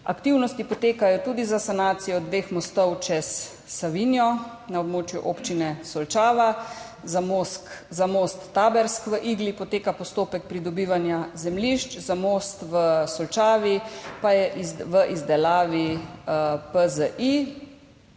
Aktivnosti potekajo tudi za sanacijo dveh mostov čez Savinjo na območju Občine Solčava. Za most Tebersk v Igli poteka postopek pridobivanja zemljišč, za most v Solčavi pa je v izdelavi PZI.